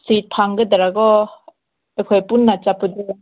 ꯁꯤꯠ ꯐꯪꯒꯗ꯭ꯔꯀꯣ ꯑꯩꯈꯣꯏ ꯄꯨꯟꯅ ꯆꯠꯄꯗꯣ